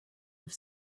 have